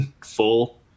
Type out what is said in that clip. full